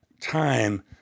time